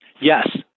Yes